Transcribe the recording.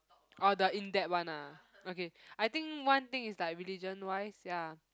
orh the in depth one ah okay I think one thing is like religion wise ya